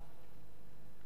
מציע לקבוע